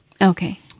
Okay